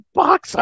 box